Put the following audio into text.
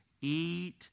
eat